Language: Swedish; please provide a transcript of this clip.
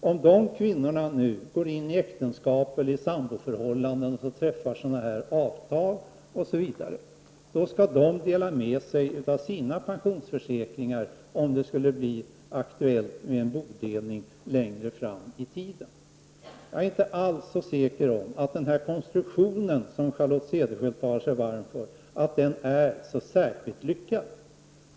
Om de kvinnorna går in i äktenskap eller i samboförhållanden och träffar sådana här avtal, då skall de dela med sig av sina pensionsförsäkringar om det skulle bli aktuellt med en bodelning längre fram i tiden. Jag är inte alls så säker på att den konstruktion som Charlotte Cederschiöld talar sig varm för är så särskilt lyckad.